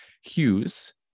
Hughes